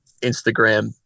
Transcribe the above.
instagram